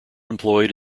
employed